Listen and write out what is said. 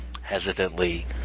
hesitantly